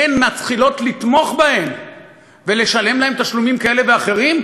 הן מתחילות לתמוך בהם ולשלם להם תשלומים כאלה ואחרים.